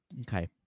okay